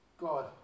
God